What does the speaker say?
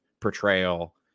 portrayal